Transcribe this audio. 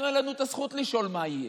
אנחנו, אין לנו את הזכות לשאול מה יהיה.